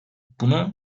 bunu